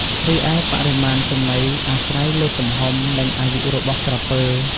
រីឯបរិមាណចំណីអាស្រ័យលើទំហំ និងអាយុរបស់ក្រពើ។